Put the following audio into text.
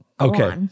okay